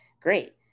Great